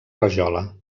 rajola